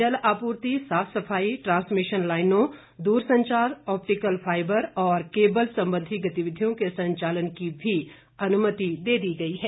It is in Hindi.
जल आपूर्ति साफ सफाई ट्रांसमिशन लाइनों दूरसंचार आप्टीकल फाइबर और केबल संबंधी गतिविधियों के संचालन की भी अनुमति दे दी गई है